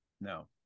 No